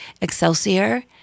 Excelsior